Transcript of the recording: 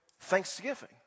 thanksgiving